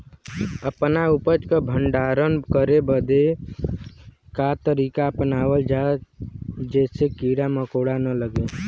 अपना उपज क भंडारन करे बदे का तरीका अपनावल जा जेसे कीड़ा मकोड़ा न लगें?